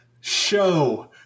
Show